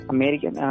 American